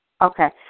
Okay